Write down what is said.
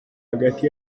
hagati